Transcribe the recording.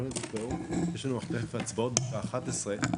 יש לנו תיכף הצבעות בשעה 11:00,